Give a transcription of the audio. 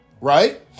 right